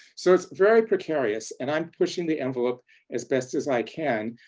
so it's very precarious. and i'm pushing the envelope as best as i can.